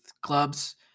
clubs